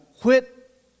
quit